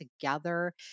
together